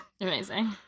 Amazing